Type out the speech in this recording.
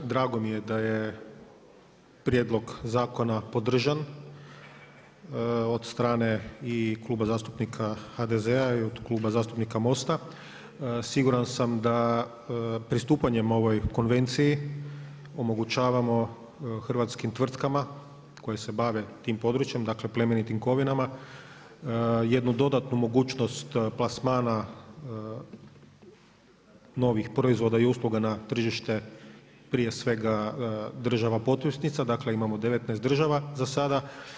Drago mi je da je prijedlog zakona podržan od strane i Kluba zastupnika HDZ-a i od Kluba zastupnika MOST-a. siguran sam da pristupanjem ovoj konvenciji omogućavamo hrvatskim tvrtkama koje se bave tim područjem, dakle plemenitim kovinama, jednu dodatnu mogućnost plasmana novih proizvoda i usluga na tržište prije svega država potpisnica, dakle imamo 19 država za sada.